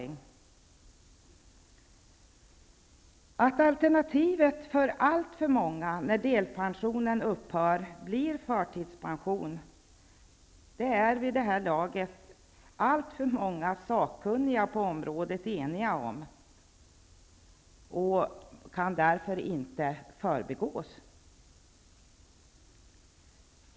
Vid det här laget är alltför många sakkunniga på området eniga om att alternativet för många blir förtidspension när delpensionen upphör, vilket därför inte kan förbigås.